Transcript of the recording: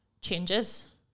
changes